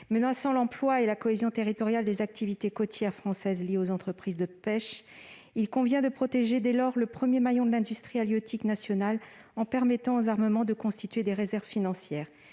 menaçant l'emploi et la cohésion territoriale des activités côtières françaises liées aux entreprises de pêche, il convient de protéger le premier maillon de l'industrie halieutique nationale en permettant aux armements de constituer des réserves financières.